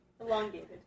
elongated